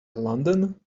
london